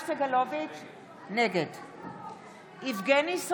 איתן,